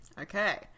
Okay